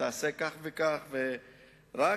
ותעשה כך וכך, רק